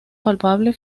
palpable